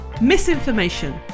Misinformation